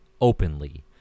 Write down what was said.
openly